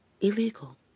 illegal